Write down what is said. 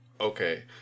okay